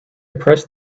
pressed